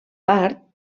part